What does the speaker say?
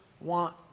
want